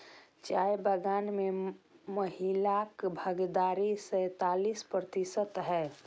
चाय बगान मे महिलाक भागीदारी सैंतालिस प्रतिशत छै